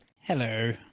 Hello